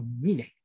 meaning